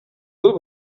del